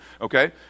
Okay